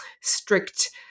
strict